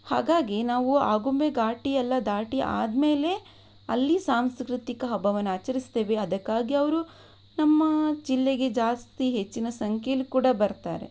ಹಾಗಾಗಿ ನಾವು ಆಗುಂಬೆ ಘಾಟಿಯೆಲ್ಲ ದಾಟಿ ಆದ ಮೇಲೆ ಅಲ್ಲಿ ಸಾಂಸ್ಕೃತಿಕ ಹಬ್ಬವನ್ನು ಆಚರಿಸ್ತೇವೆ ಅದಕ್ಕಾಗಿ ಅವರು ನಮ್ಮ ಜಿಲ್ಲೆಗೆ ಜಾಸ್ತಿ ಹೆಚ್ಚಿನ ಸಂಖ್ಯೆಯಲ್ಲಿ ಕೂಡ ಬರ್ತಾರೆ